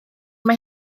mae